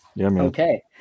Okay